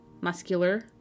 muscular